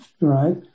right